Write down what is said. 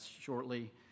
shortly